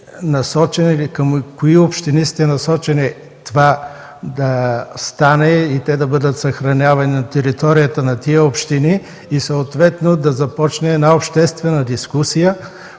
към кои общини сте насочили това да стане и те да бъдат съхранявани на територията на тези общини? Съответно да започне една обществена дискусия